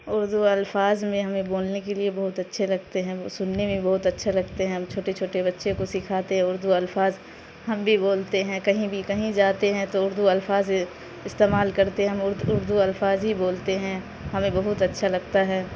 اردو الفاظ میں ہمیں بولنے کے لیے بہت اچھے لگتے ہیں سننے میں بہت اچھے لگتے ہیں ہم چھوٹے چھوٹے بچے کو سکھاتے اردو الفاظ ہم بھی بولتے ہیں کہیں بھی کہیں جاتے ہیں تو اردو الفاظ استعمال کرتے ہیں ہم ارد اردو الفاظ ہی بولتے ہیں ہمیں بہت اچھا لگتا ہے